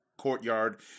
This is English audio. courtyard